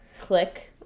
click